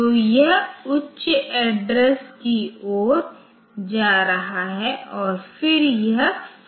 तो यह उच्च एड्रेसकी ओर जा रहा है और फिर यह फुल है